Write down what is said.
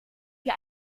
wie